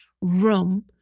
room